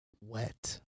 wet